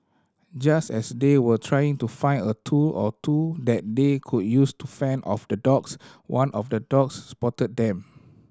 just as they were trying to find a tool or two that they could use to fend off the dogs one of the dogs spotted them